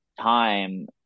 time